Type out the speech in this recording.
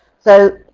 so,